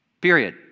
Period